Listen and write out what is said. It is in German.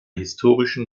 historischen